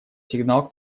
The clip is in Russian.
сигнал